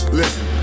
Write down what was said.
listen